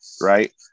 right